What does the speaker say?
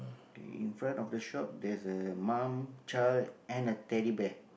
K in front of the shop there's a mum child and a Teddy Bear